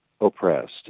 oppressed